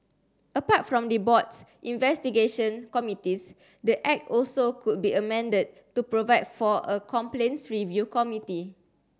apart from the board's investigation committees the Act also could be amended to provide for a complaints review committee